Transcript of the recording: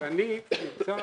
ואני נמצא